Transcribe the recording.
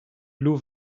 blue